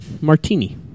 Martini